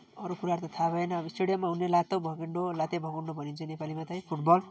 अरू कुराहरू त थाहा भएन अब स्टेडियममा हुने लातो भकुन्डो लाते भकुन्डो भनिन्छ नेपालीमा त है फुटबल